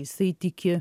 jisai tiki